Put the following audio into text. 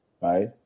right